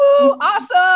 Awesome